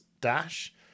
Dash